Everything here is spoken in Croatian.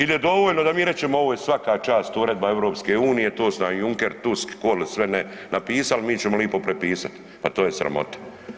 Il je dovoljno da mi rečemo ovo je svaka čast uredba EU, to su nam Juncker, Tusk, koli sve ne napisali, mi ćemo lipo prepisat, pa to je sramota.